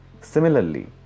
Similarly